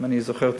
אם אני זוכר טוב.